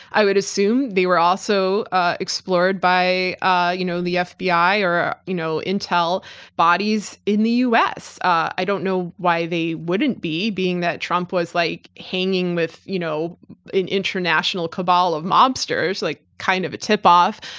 i would assume they were also ah explored by ah you know the ah fbi or you know intel bodies in the us. i don't know why they wouldn't be being that trump was like hanging with you know an international cabal of mobsters, like kind of a tip-off.